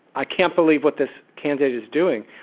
i can't believe what this candidate is doing.